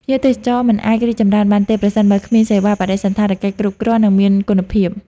ទេសចរណ៍មិនអាចរីកចម្រើនបានទេ ប្រសិនបើគ្មានសេវាបដិសណ្ឋារកិច្ចគ្រប់គ្រាន់ និងមានគុណភាព។